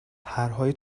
پرهای